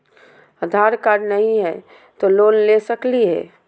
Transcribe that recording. आधार card नही हय, तो लोन ले सकलिये है?